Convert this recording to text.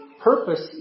purpose